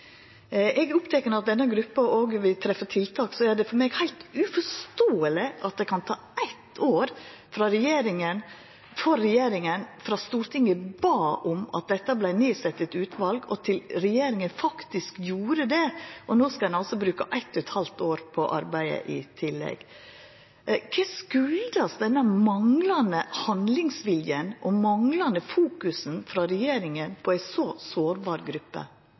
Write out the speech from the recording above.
er for meg heilt uforståeleg at det kan ta eitt år frå Stortinget bad om at det vart sett ned eit utval, og til regjeringa gjorde det. Og no skal ein altså bruka eitt og eit halvt år på å arbeide i tillegg. Kva kjem denne manglande handlingsviljen og dette manglande fokuset av frå regjeringa på ei så sårbar gruppe?